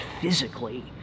physically